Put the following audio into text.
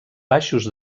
baixos